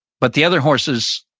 but the other horses,